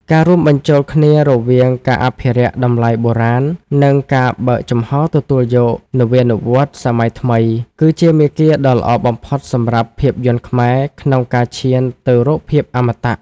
ការរួមបញ្ចូលគ្នារវាងការអភិរក្សតម្លៃបុរាណ និងការបើកចំហទទួលយកនវានុវត្តន៍សម័យថ្មី គឺជាមាគ៌ាដ៏ល្អបំផុតសម្រាប់ភាពយន្តខ្មែរក្នុងការឈានទៅរកភាពអមតៈ។